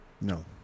No